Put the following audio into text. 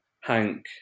Hank